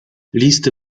listy